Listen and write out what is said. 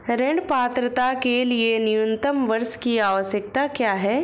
ऋण पात्रता के लिए न्यूनतम वर्ष की आवश्यकता क्या है?